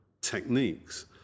techniques